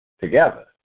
together